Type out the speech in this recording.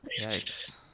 yikes